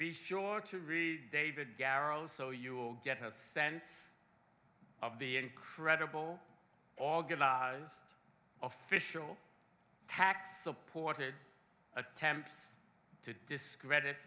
be sure to read david garrow so you will get a sense of the incredible organize official tax supported attempts to discredit